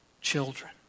children